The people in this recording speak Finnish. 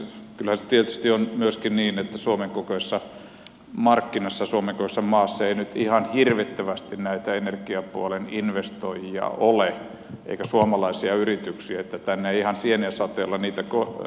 kyllähän se tietysti on myöskin niin että suomen kokoisessa markkinassa suomen kokoisessa maassa ei nyt ihan hirvittävästi näitä energiapuolen investoijia ole eikä suomalaisia yrityksiä että tänne ei ihan kuin sieniä sateella niitä nouse